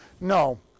No